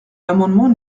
l’amendement